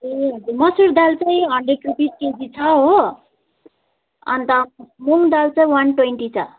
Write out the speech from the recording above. ए हजुर मसुर दाल चाहिँ हन्ड्रेड रुपिस केजी छ हो अन्त मुङ दाल चाहिँ वान ट्वेन्टी छ